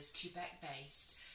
Quebec-based